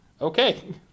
Okay